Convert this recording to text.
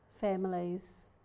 families